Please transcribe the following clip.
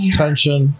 tension